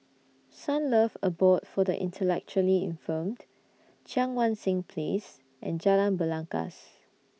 Sunlove Abode For The Intellectually Infirmed Cheang Wan Seng Place and Jalan Belangkas